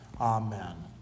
Amen